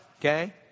Okay